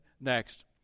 next